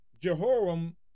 jehoram